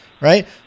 right